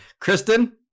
Kristen